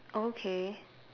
okay